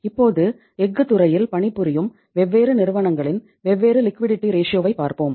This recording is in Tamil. இப்போது எஃகு துறையில் பணிபுரியும் வெவ்வேறு நிறுவனங்களின் வெவ்வேறு லிக்விடிட்டி ரேஷியோவைப் பார்ப்போம்